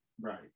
Right